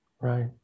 right